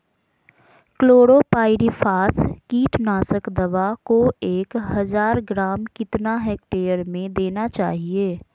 Chlorpyrifos कीटनाशक दवा को एक हज़ार ग्राम कितना हेक्टेयर में देना चाहिए?